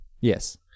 Yes